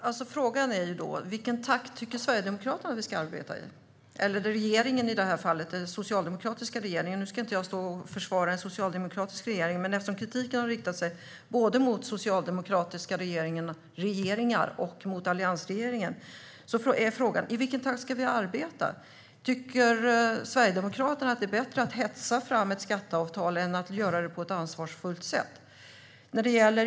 Herr talman! Frågan är: Vilken takt tycker Sverigedemokraterna att vi ska arbeta i? Det gäller i det här fallet den socialdemokratiska regeringen, som jag i och för sig inte ska stå här och försvara, men eftersom kritiken har riktats både mot socialdemokratiska regeringar och mot alliansregeringen är frågan: I vilken takt ska vi arbeta? Tycker Sverigedemokraterna att det är bättre att hetsa fram ett skatteavtal än att göra det på ett ansvarsfullt sätt?